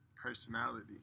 personality